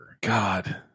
God